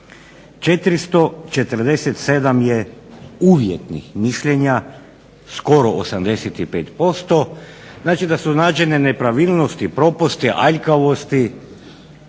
447 je uvjetnih mišljenja skoro 85%, znači da su nađene nepravilnosti, propusti, aljkavosti